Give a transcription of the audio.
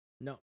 No